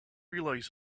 realize